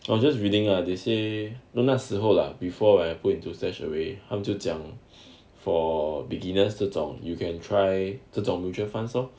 I was just reading lah they say no 那时候 lah before I put into stashed away 他们就讲 for beginners 这种 you can try 这种 mutual funds lor